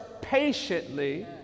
patiently